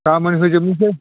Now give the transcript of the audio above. गाबोन होजोबनोसै